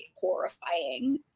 horrifying